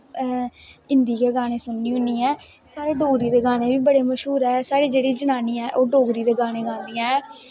हिन्दी गै गाने सुननी होनी ऐं साढ़े डोगरी दे गाने बी बड़े मश्हूर ऐ साढ़ी जेह्ड़ी जनानियां ऐं ओह् डोगरी दे गानें गांदियां ऐं